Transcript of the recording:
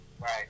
Right